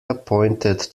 appointed